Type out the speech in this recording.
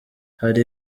hali